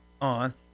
on